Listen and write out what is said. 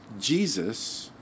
Jesus